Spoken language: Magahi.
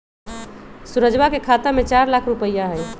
सुरजवा के खाता में चार लाख रुपइया हई